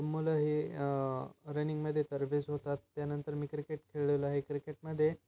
मुलं ही रनिंगमध्ये तरबेज होतात त्यानंतर मी क्रिकेट खेळलेलो आहे क्रिकेटमध्ये